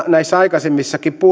näissä aikaisemmissakin